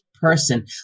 person